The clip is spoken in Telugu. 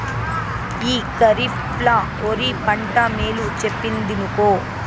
ఈ కరీఫ్ ల ఒరి పంట మేలు చెప్పిందినుకో